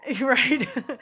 right